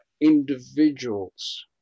individuals